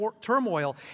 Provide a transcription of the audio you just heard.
turmoil